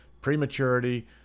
prematurity